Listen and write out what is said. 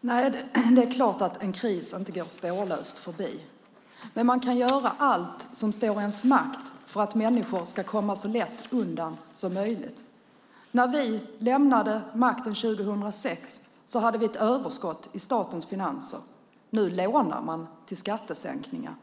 Fru talman! Nej, det är klart att en kris inte går spårlöst förbi. Men man kan göra allt som står i ens makt för att människor ska komma undan så lätt som möjligt. När vi lämnade makten 2006 hade vi ett överskott i statens finanser. Nu lånar man till skattesänkningar.